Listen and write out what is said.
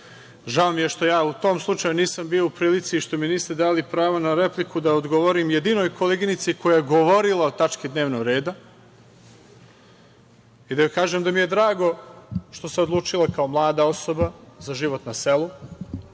Žao mi je što ja u tom slučaju nisam bio u prilici i što mi niste dali pravo na repliku da odgovorim jedinoj koleginici koja je govorila o tački dnevnog reda i da joj kažem da mi je drago što se odlučila kao mlada osoba za život na selu